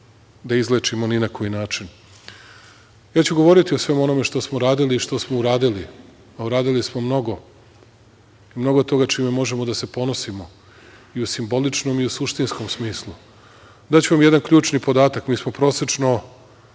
da izlečimo ni na koji način. Govoriću o svemu onome što smo radili i što smo uradili, a uradili smo mnogo toga čime možemo da se ponosimo, i u simboličnom i u suštinskom smislu. Daću vam jedan ključan podatak. Mi smo prosečno